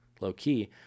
low-key